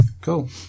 Cool